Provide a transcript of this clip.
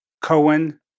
Cohen